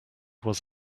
was